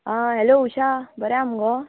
आ hello उशा बरें हा मुगो